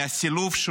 מהסילוף,